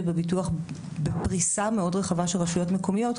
בביטוח בפריסה מאוד רחבה של רשויות מקומיות,